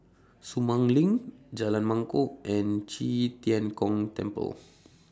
Sumang LINK Jalan Mangkok and Qi Tian Gong Temple